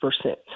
percent